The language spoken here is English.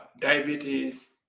diabetes